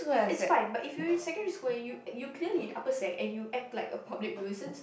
it's fine but if you in secondary school then you you clearly in upper sec and you act like a public nuisance